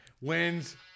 wins